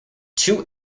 two